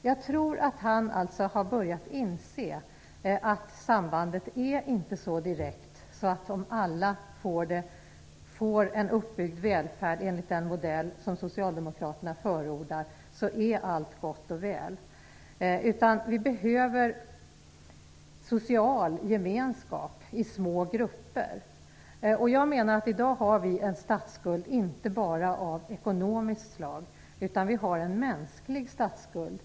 Jag tror att Ingvar Carlsson har börjat inse att sambandet inte är så direkt att när alla får en uppbyggd välfärd enligt den modell som Socialdemokraterna förordar är allt gott och väl. Vi behöver också social gemenskap i små grupper. Jag menar att vi i dag har en statsskuld inte bara av ekonomiskt slag utan vi har också en mänsklig statsskuld.